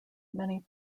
many